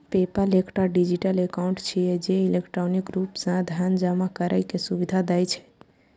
PayPal एकटा digital account छियै, जे इलेक्ट्रॉनिक रूप सं धन जमा करै के सुविधा दै छै